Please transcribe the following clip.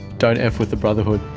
don't f with the brotherhood.